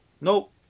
Nope